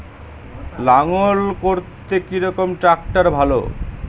লাঙ্গল করতে কি রকম ট্রাকটার ভালো?